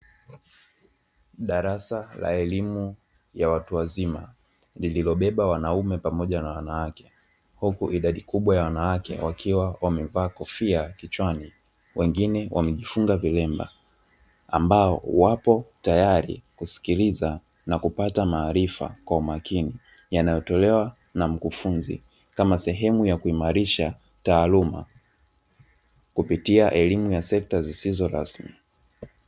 Darasa la elimu ya watu wazima lililobeba wanaume pamoja na wanawake, huku idadi kubwa ya wanawake wakiwa wamevaa kofia kichwani wengine wamejifunga vilemba, ambao wapo tayari kusikiliza na kupata maarifa kwa umakini yanayotolewa na mkufunzi, kama sehemu ya kuimarisha taaluma kupitia elimu ya sekta zisizo rasmi.